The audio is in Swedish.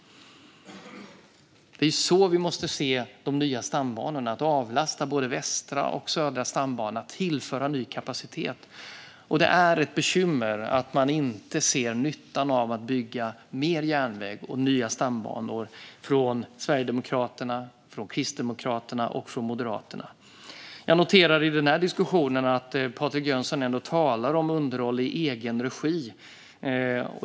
Det är så vi måste se de nya stambanorna; de avlastar både Västra och Södra stambanan och tillför ny kapacitet. Det är ett bekymmer att man inte från Sverigedemokraterna, Kristdemokraterna och Moderaterna ser nyttan av att bygga mer järnväg och nya stambanor. Jag noterar i den här diskussionen att Patrik Jönsson ändå talar om underhåll i egen regi.